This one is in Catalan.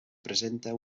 presenta